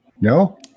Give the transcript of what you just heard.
No